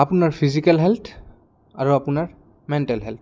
আপোনাৰ physical health আৰু আপোনাৰ মেণ্টেল হেল্থ